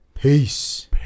Peace